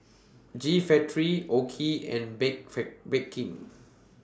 G Factory OKI and Bake Bake King